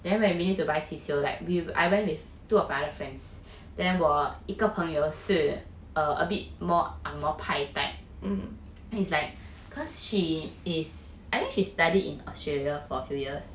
then when we need to buy 气球 like I went with two of my other friends then 我一个朋友是 err a bit more angmoh 派 type it's like cause she is I think she study in australia for a few years